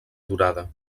durada